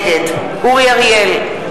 נגד אורי אריאל,